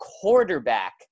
quarterback